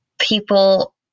people